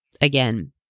again